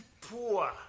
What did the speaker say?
poor